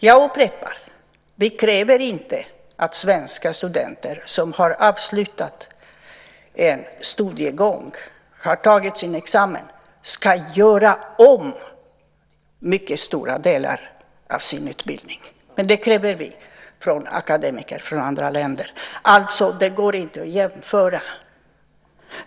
Jag upprepar: Vi kräver inte att svenska studenter som har avslutad studiegång och har tagit sin examen ska göra om mycket stora delar av sin utbildning. Men det kräver vi av akademiker från andra länder. Det går alltså inte att jämföra.